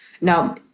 Now